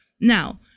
Now